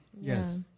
Yes